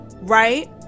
right